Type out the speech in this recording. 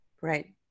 Right